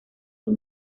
sus